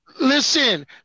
Listen